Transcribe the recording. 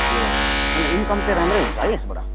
ए हजुर अन्त इन्कम चाहिँ राम्रै हुन्छ है यसबाट